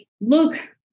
look